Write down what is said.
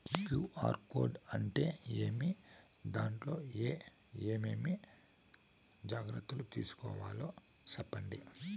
QR code అంటే ఏమి? దాంట్లో ఏ ఏమేమి జాగ్రత్తలు తీసుకోవాలో సెప్పండి?